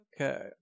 Okay